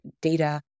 data